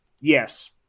yes